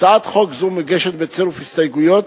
הצעת חוק זו מוגשת בצירוף הסתייגויות,